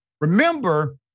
remember